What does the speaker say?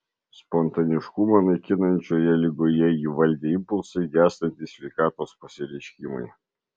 spontaniškumą naikinančioje ligoje jį valdė impulsai gęstantys sveikatos pasireiškimai